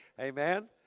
amen